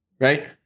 Right